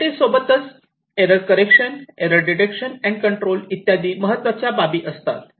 security सोबत error correction error detection and control इत्यादी बाबी महत्त्वाच्या असतात